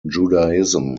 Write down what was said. judaism